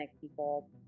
people